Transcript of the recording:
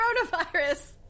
Coronavirus